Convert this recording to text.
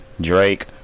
Drake